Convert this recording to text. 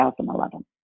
2011